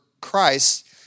Christ